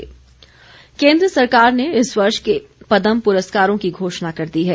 पुरस्कार केंद्र सरकार ने इस वर्ष के पदम पुरस्कारों की घोषणा कर दी है